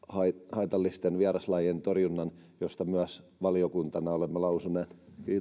haitallisten vieraslajien torjunnan josta myös valiokuntana olemme lausuneet